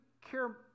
care